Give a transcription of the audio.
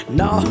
no